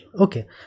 okay